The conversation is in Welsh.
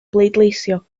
bleidleisio